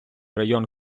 район